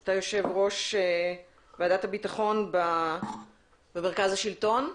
אתה יושב-ראש ועדת הביטחון במרכז השלטון.